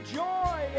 joy